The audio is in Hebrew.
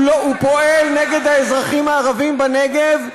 הוא פועל נגד האזרחים הערבים בנגב,